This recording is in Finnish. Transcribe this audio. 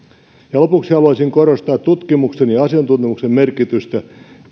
lopuksi haluaisin korostaa tutkimuksen ja asiantuntemuksen merkitystä